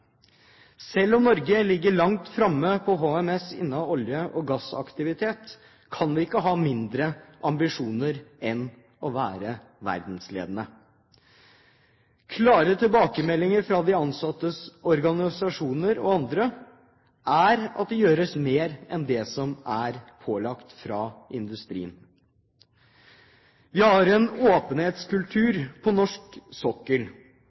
Selv om Norge ligger langt framme når det gjelder HMS innen olje- og gassaktivitet, kan vi ikke ha en mindre ambisjon enn det å være verdensledende. Klare tilbakemeldinger fra de ansattes organisasjoner og andre er at det gjøres mer enn det som er pålagt fra industrien. Vi har på norsk sokkel en